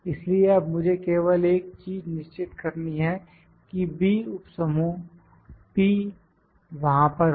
इसलिए अब मुझे केवल एक चीज निश्चित करनी है कि B उप समूह P वहां पर हो